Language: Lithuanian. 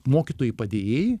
mokytojų padėjėjai